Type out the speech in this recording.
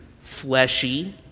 fleshy